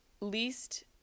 Least